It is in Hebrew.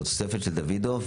תוספת של דוידוב,